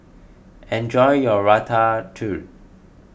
enjoy your Ratatouille